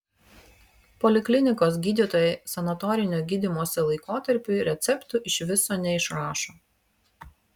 poliklinikos gydytojai sanatorinio gydymosi laikotarpiui receptų iš viso neišrašo